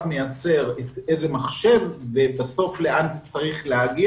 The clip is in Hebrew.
מייצר איזה מחשב ובסוף לאן זה צריך להגיע,